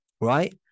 right